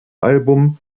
album